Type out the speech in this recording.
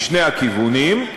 משני הכיוונים,